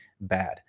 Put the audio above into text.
bad